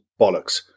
bollocks